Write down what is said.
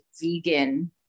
vegan